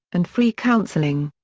and free counselling.